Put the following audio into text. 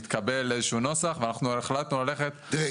התקבל איזשהו נוסח ואנחנו החלטנו ללכת --- תראה,